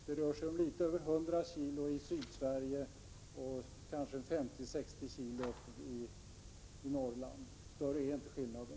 Det rör sig om litet över 100 kg i Sydsverige och kanske 50—60 kg i Norrland. Större är inte skillnaden.